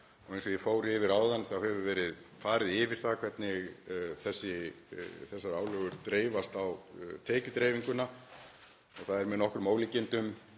Eins og ég fór yfir áðan þá hefur verið farið yfir það hvernig þessar álögur dreifast á tekjudreifinguna. Það er með nokkrum ólíkindum